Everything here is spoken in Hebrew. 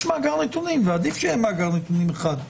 מאגר נתונים ועדיף שיהיה מאגר נתונים אחד,